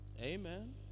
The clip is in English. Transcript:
Amen